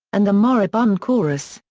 and the moribund chorus,